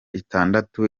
itandatu